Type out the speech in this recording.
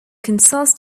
kansas